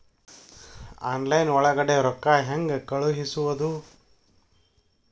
Online ಒಳಗಡೆ ರೊಕ್ಕ ಹೆಂಗ್ ಕಳುಹಿಸುವುದು?